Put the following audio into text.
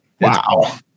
wow